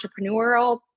entrepreneurial